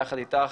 ביחד איתך,